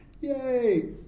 yay